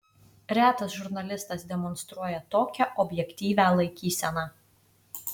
retas žurnalistas demonstruoja tokią objektyvią laikyseną